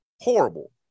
horrible